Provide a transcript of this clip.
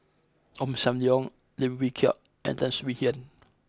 Ong Sam Leong Lim Wee Kiak and Tan Swie Hian